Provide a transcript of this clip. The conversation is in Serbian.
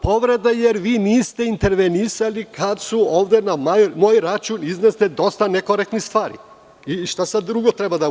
Povreda je jer vi niste intervenisali kada su ovde na moj račun iznete dosta nekorektne stvari, šta sada treba drugo da kažem?